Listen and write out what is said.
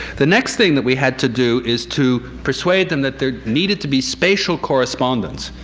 the next thing that we had to do is to persuade them that there needed to be spatial correspondence,